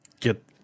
get